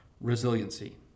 resiliency